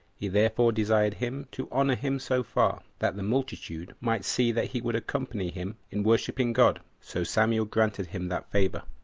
he therefore desired him to honor him so far, that the multitude might see that he would accompany him in worshipping god. so samuel granted him that favor,